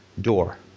door